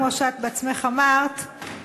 כמו שאת בעצמך אמרת,